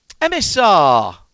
MSR